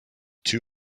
two